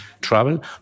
travel